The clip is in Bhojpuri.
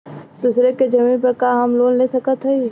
दूसरे के जमीन पर का हम लोन ले सकत हई?